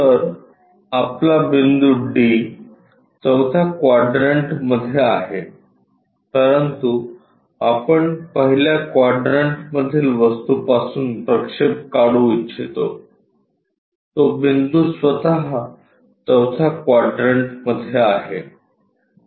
तर आपला बिंदू D चौथ्या क्वाड्रंटमध्ये आहे परंतु आपण पहिल्या क्वाड्रंटमधील वस्तूपासून प्रक्षेप काढू इच्छितो तो बिंदू स्वतः चौथ्या क्वाड्रंटमध्ये आहे